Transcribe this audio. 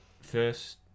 first